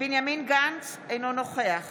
בנימין גנץ, אינו נוכח